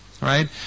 right